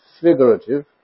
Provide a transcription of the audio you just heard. figurative